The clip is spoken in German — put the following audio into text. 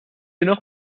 noch